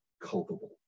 culpable